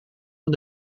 van